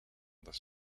this